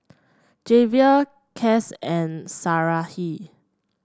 Javier Cas and Sarahi